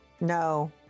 No